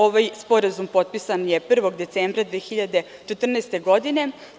Ovaj sporazum potpisan je 1. decembra 2014. godine.